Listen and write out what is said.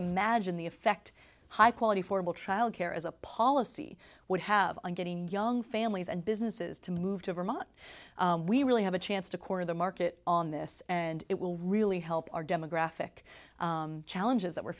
imagine the effect high quality affordable child care as a policy would have on getting young families and businesses to move to vermont we really have a chance to corner the market on this and it will really help our demographic challenges that we're